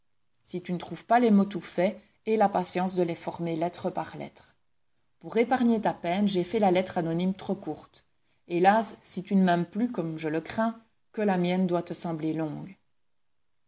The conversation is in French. si tu ne trouves pas les mots tout faits aie la patience de les former lettre par lettre pour épargner ta peine j'ai fait la lettre anonyme trop courte hélas si tu ne m'aimes plus comme je le crains que la mienne doit te sembler longue